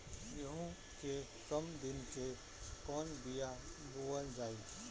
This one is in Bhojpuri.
गेहूं के कम दिन के कवन बीआ बोअल जाई?